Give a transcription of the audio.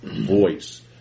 voice